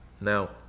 Now